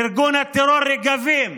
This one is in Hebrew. ארגון הטרור רגבים,